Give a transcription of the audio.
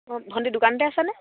অঁ ভণ্টি দোকানতে আছে নে